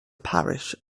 parish